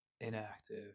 Inactive